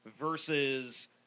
versus